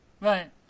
Right